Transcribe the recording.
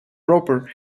proper